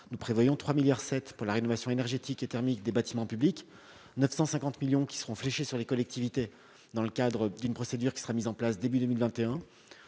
nous prévoyons 3,7 milliards d'euros pour la rénovation énergétique et thermique des bâtiments publics : 950 millions d'euros seront fléchés sur les collectivités dans le cadre d'une procédure qui sera mise en place début 2021